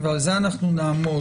ועל זה אנחנו נעמוד,